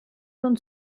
non